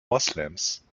moslems